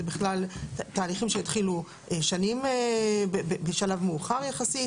הם תהליכים שהתחילו בשלב מאוחר יחסית,